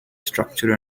structure